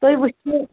تُہۍ ؤچھِو